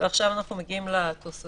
עכשיו אנחנו מגיעים לתוספות.